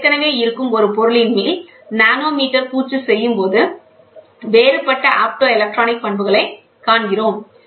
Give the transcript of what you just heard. எனவே நான் ஏற்கனவே இருக்கும் ஒரு பொருளின் மேல் நானோமீட்டர் பூச்சு செய்யும்போது வேறுபட்ட ஆப்டோ எலக்ட்ரானிக் பண்புகளைக் காண்கிறோம்